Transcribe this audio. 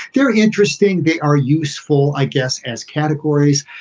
they're interesting. they are useful, i guess, as categories.